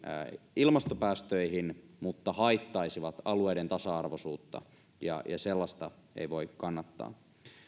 ilmastopäästöihin mutta haittaisivat alueiden tasa arvoisuutta ja sellaista ei voi kannattaa